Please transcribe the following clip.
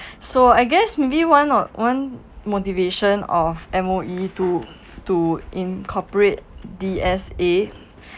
so I guess maybe one or one motivation of M_O_E to to incorporate D_S_A